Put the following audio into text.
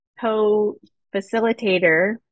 co-facilitator